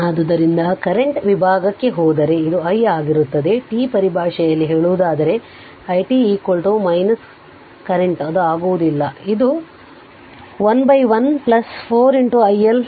ಆದ್ದರಿಂದ ಕರೆಂಟ್ ವಿಭಾಗಕ್ಕೆ ಹೋದರೆ ಇದು i ಈ ಆಗಿರುತ್ತದೆ t ಪರಿಭಾಷೆಯಲ್ಲಿ ಹೇಳುವುದಾದರೆ i t ಕರೆಂಟ್ ಅದು ಆಗುವುದಿಲ್ಲ ಇದು 1 1 4 i L t